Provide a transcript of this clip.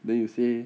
then you say